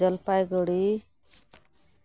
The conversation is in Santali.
ᱡᱚᱞᱯᱟᱭᱜᱩᱲᱤ